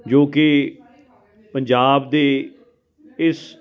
ਜੋ ਕਿ ਪੰਜਾਬ ਦੇ ਇਸ